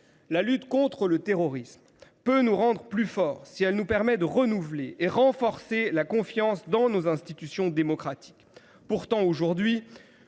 La lutte contre le terrorisme peut nous rendre plus forts si elle nous permet de renouveler et de renforcer la confiance dans nos institutions démocratiques. Aujourd’hui,